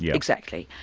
yeah exactly.